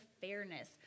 fairness